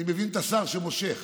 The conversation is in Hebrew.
אני מבין את השר שמושך.